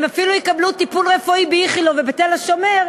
הם אפילו יקבלו טיפול רפואי באיכילוב ובתל-השומר.